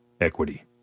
equity